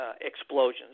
explosions